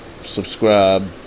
subscribe